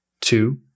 Two